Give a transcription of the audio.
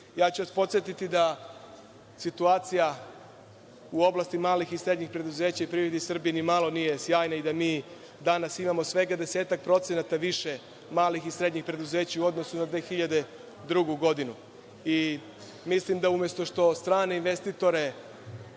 firmama. Podsetiću vas da situacija u oblasti malih i srednjih preduzeća u privredi Srbije nimalo nije sjajna i da mi danas imamo svega 10-ak procenata više malih i srednjih preduzeća u odnosu na 2002. godinu. Mislim, da umesto što strane investitore,